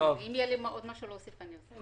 אם יהיה לי עוד משהו להוסיף אני אגיד.